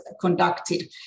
conducted